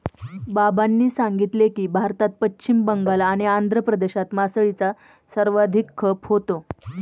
बाबांनी सांगितले की, भारतात पश्चिम बंगाल आणि आंध्र प्रदेशात मासळीचा सर्वाधिक खप होतो